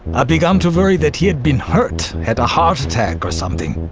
ah begun to worry that he had been hurt, had a heart attack or something.